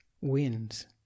wins